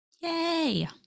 Yay